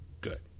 good